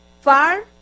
Far